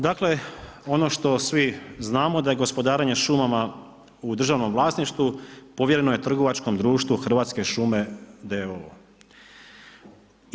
Dakle, ono što svi znamo, da je gospodarenje šumama u državnom vlasništvu, povjereno je trgovačkom društvu Hrvatske šume d.o.o.